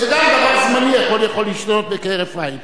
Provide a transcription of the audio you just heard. זה גם דבר זמני, הכול יכול להשתנות כהרף עין.